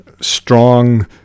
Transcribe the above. strong